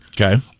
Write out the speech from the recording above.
Okay